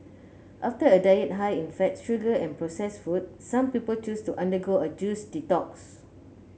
after a diet high in fat sugar and processed food some people choose to undergo a juice detox